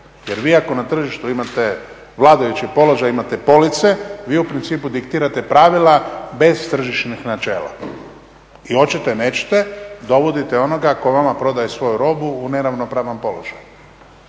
Jer vi ako na tržištu imate vladajući položaj imate police, vi u principu diktirate pravila bez tržišnih načela. I hoćete nećete dovodite onoga tko vama prodaje svoju robu u neravnopravan položaj.